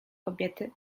kobiety